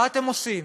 מה אתם עושים?